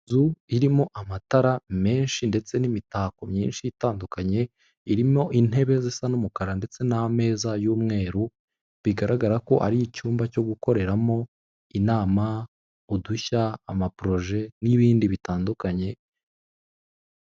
Inzu irimo amatara menshi ndetse n'imitako myinshi itandukanye irimo intebe zisa n'umukara ndetse n'amezaza y'umweru bigaragara ko ari icyumba cyo gukoreramo inama, udushya, amaproje n'ibindi bitandukanye.